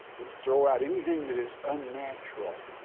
throw out anything that is unnatural